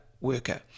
worker